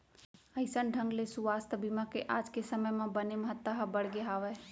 अइसन ढंग ले सुवास्थ बीमा के आज के समे म बने महत्ता ह बढ़गे हावय